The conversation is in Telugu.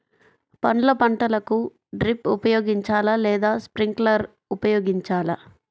పండ్ల పంటలకు డ్రిప్ ఉపయోగించాలా లేదా స్ప్రింక్లర్ ఉపయోగించాలా?